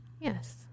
Yes